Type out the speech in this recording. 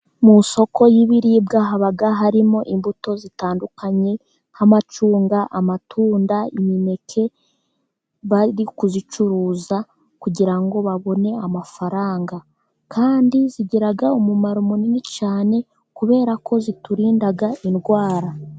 Mu isoko ry'ibiribwa haba harimo imbuto zitandukanye nk'amacunga, amatunda, imineke, bari kuzicuruza kugira ngo babone amafaranga, kandi zigira umumaro munini cyane kubera ko ziturinda indwara.